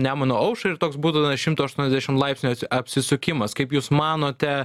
nemuno aušrai ir toks būtų na šimto aštuoniasdešim laipsnių apsisukimas kaip jūs manote